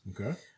Okay